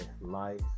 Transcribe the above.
Life